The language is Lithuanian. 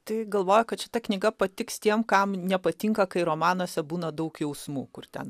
tai galvoju kad šita knyga patiks tiem kam nepatinka kai romanuose būna daug jausmų kur ten